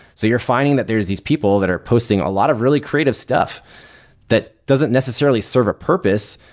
so you're finding that there're these people that are posting a lot of really creative stuff that doesn't necessarily serve a purpose,